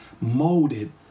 molded